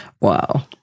Wow